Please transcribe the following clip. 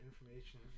information